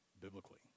biblically